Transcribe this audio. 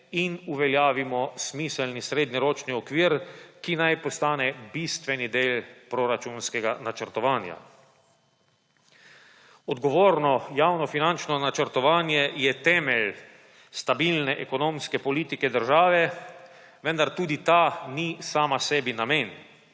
in uveljavimo smiselni srednjeročni okvir, ki naj postane bistveni del proračunskega načrtovanja. Odgovorno javnofinančno načrtovanje je temelj stabilne ekonomske politike države, vendar tudi ta ni sama sebi namen.